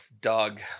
Doug